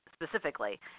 Specifically